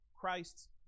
Christ's